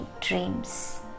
dreams